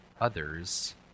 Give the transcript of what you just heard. others